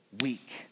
week